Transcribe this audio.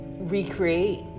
recreate